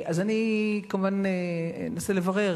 אז אני כמובן אנסה לברר,